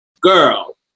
girl